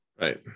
right